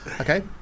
Okay